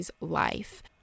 life